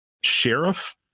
sheriff